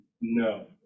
No